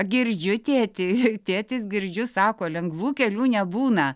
girdžiu tėtį tėtis girdžiu sako lengvų kelių nebūna